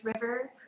river